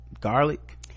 garlic